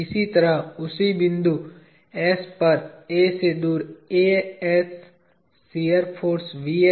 इसी तरह उसी बिंदु s पर A से दूर शियर फाॅर्स और यह है